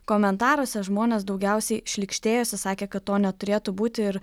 komentaruose žmonės daugiausiai šlykštėjosi sakė kad to neturėtų būti ir